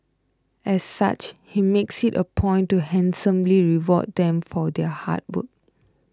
as such he makes it a point to handsomely reward them for their hard work